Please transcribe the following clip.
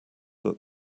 that